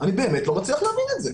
אני באמת לא מצליח להבין את זה.